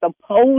supposed